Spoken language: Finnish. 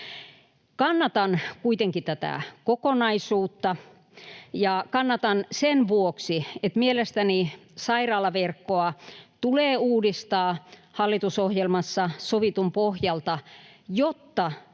Kannatan kuitenkin tätä kokonaisuutta, ja kannatan sen vuoksi, että mielestäni sairaalaverkkoa tulee uudistaa hallitusohjelmassa sovitun pohjalta, jotta